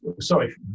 Sorry